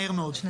שנתיים.